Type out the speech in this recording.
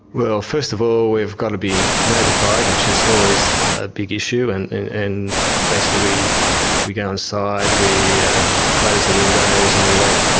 well, first of all, we've got to be notified, which is always a big issue. and and basically we we go inside, we close the windows, and we wait.